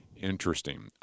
Interesting